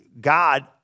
God